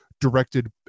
directed